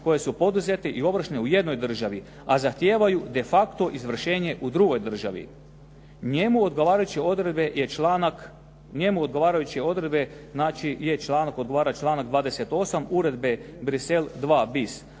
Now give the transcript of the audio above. koje su poduzete i ovršne u jednoj državi, a zahtijevaju de facto izvršenje u drugoj državi. Njemu odgovarajuće odredbe znači odgovara članak 28. Uredbe Bruxelles II bis,